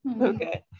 okay